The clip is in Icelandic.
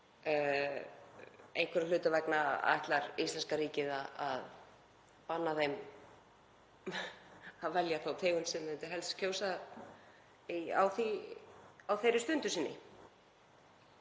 Einhverra hluta vegna ætlar íslenska ríkið að banna þeim að velja þá tegund sem þeir myndu helst kjósa á þeirri stundu og